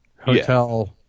hotel